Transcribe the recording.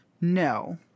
No